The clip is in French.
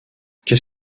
qu’est